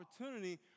opportunity